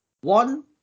One